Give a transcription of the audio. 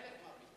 חלק מהפתרון.